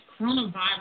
Coronavirus